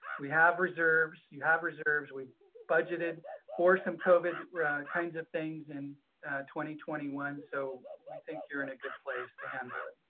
we have reserves, you have reserves, we budgeted for some covid kinds of things in twenty twenty one. so we think you're in a good place to handle it.